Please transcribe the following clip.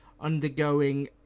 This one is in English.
undergoing